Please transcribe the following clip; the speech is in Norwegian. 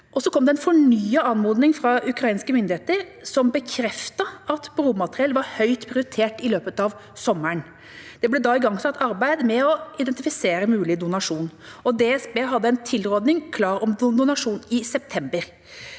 Så kom det en fornyet anmodning fra ukrainske myndigheter, som bekreftet at bromateriell var høyt prioritert i løpet av sommeren. Det ble da igangsatt arbeid med å identifisere mulig donasjon, og DSB hadde en tilrådning klar om donasjon i september.